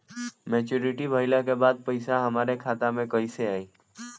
Maturity भईला के बाद पईसा हमरे खाता में कइसे आई?